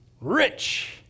Rich